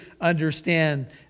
understand